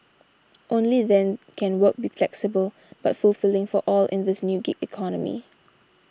only then can work be flexible but fulfilling for all in this new gig economy